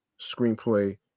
Screenplay